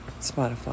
Spotify